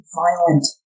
violent